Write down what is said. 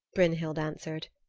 brynhild answered,